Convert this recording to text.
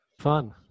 fun